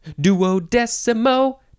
Duodecimo